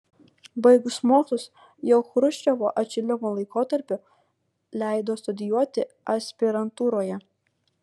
baigus mokslus jau chruščiovo atšilimo laikotarpiu leido studijuoti aspirantūroje